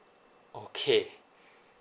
okay